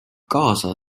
kaasa